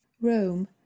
rome